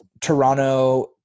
Toronto